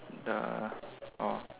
err oh